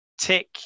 tick